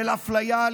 של אפליה,